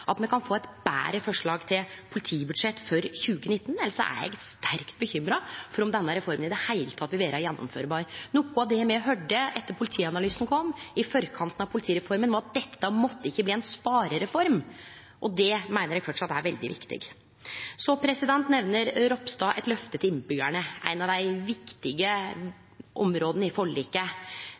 at me får eit betre forslag til politibudsjett for 2019. Elles er eg sterkt bekymra for om denne reforma i det heile vil vere gjennomførbar. Noko av det me høyrde etter at Politianalysen kom i forkant av politireforma, var at dette ikkje måtte bli ei sparereform. Det meiner eg framleis er veldig viktig. Så nemner representanten Ropstad eit løfte til innbyggjarane. Eit av dei viktige områda i forliket